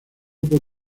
por